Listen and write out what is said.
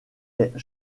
est